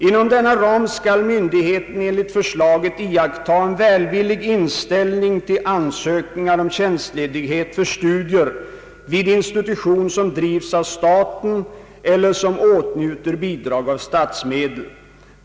Inom denna ram skall myndigheten enligt förslaget iaktta en välvillig inställning till ansökningar om tjänstledighet för studier vid institution som drivs av staten eller som åtnjuter bidrag av statsmedel.